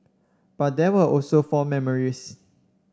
but there were also fond memories